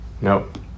Nope